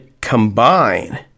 combine